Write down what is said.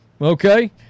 okay